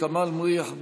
ע'דיר כמאל מריח,